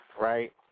right